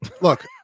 Look